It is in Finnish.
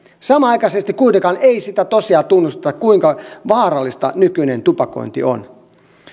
samanaikaisesti kuitenkaan ei sitä tosiasiaa tunnusteta kuinka vaarallista nykyinen tupakointi on